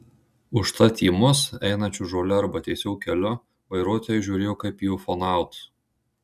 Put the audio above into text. užtat į mus einančius žole arba tiesiog keliu vairuotojai žiūrėjo kaip į ufonautus